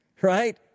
Right